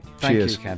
cheers